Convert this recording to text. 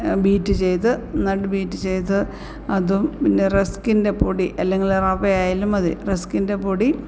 beat ചെയ്ത് നന്നായിട്ട് beat ചെയ്ത് അതും പിന്നെ റെസ്ക്കിൻ്റെ പൊടി അല്ലെങ്കില് റവ ആയാലും മതി റെസ്ക്കിൻ്റെ പൊടി